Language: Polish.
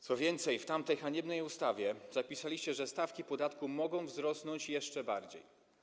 Co więcej, w tamtej haniebnej ustawie zapisaliście, że stawki podatku mogą wzrosnąć jeszcze bardziej.